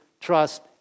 trust